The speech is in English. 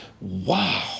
wow